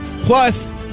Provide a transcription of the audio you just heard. Plus